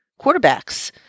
quarterbacks